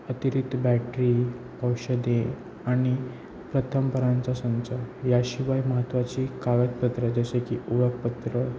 अतिरिक्त बॅटरी औषधे आणि प्रथमपरांचा संच याशिवाय महत्त्वाची कागदपत्रं जसे की ओळखपत्र